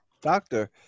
doctor